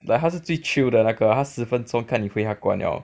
like 他是最 chill 的那个他十分看你会他关了